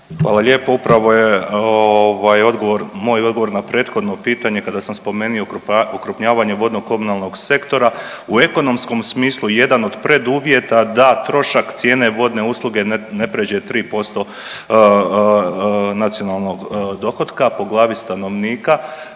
Hvala lijepo. Upravo je, ovaj, moj odgovor na prethodno pitanje kada sam spomenio okrupnjavanje vodno-komunalnog sektora u ekonomskom smislu jedan od preduvjeta da trošak cijene vodne usluge ne pređe 3% nacionalnog dohotka po glavni stanovnika,